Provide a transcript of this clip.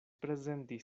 prezenti